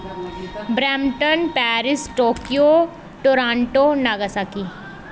Brampton Paris Tokyo Toronto Nagasaki